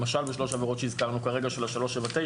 למשל בשלוש העבירות שהזכרנו כרגע של ה-379,